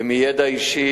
ומידע אישי,